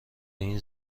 این